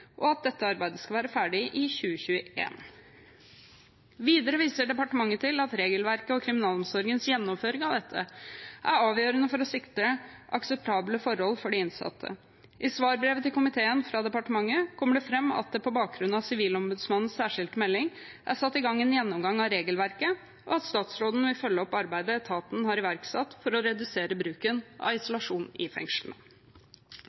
og at dette arbeidet skal være ferdig i 2021. Videre viser departementet til at regelverket og kriminalomsorgens gjennomføring av dette er avgjørende for å sikre akseptable forhold for de innsatte. I svarbrevet til komiteen fra departementet kommer det fram at det på bakgrunn av Sivilombudsmannens særskilte melding er satt i gang en gjennomgang av regelverket, og at statsråden vil følge opp arbeidet etaten har iverksatt for å redusere bruken av